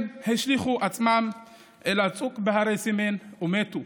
הם השליכו עצמם על הצוק בהרי סמן ומתו,